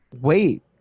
wait